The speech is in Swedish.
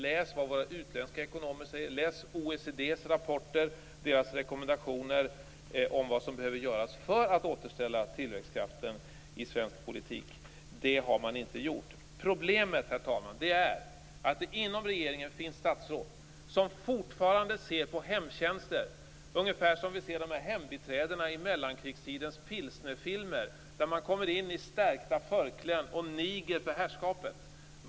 Läs vad våra utländska ekonomer säger! Läs OECD:s rapporter och deras rekommendationer om vad som behöver göras för att återställa tillväxtkraften i svensk ekonomi! Det har man inte gjort. Problemet, herr talman, är att det inom regeringen finns statsråd som fortfarande ser på hemtjänster ungefär som de gestaltades av de hembiträden vi kan se i mellankrigstidens pilsnerfilmer, där man kommer in i stärkta förkläden och niger för herrskapet.